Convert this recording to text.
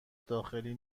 داخلی